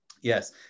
Yes